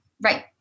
right